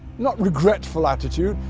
not regretful attitude,